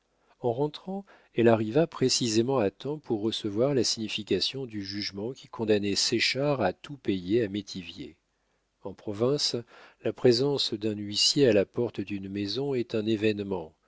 en rentrant elle arriva précisément à temps pour recevoir la signification du jugement qui condamnait séchard à tout payer à métivier en province la présence d'un huissier à la porte d'une maison est un événement